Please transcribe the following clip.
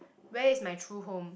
where is my true home